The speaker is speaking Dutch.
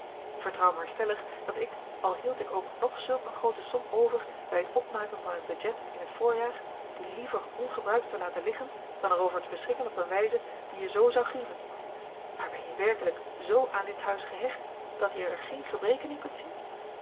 vertrouw maar stellig dat ik al hield ik ook nog zulk een groote som over bij t opmaken van mijn budget in het voorjaar die liever ongebruikt zou laten liggen dan erover te beschikken op een wijze die je zoo zou grieven maar ben je werkelijk z aan dit huis gehecht dat je er geen gebreken in kunt zien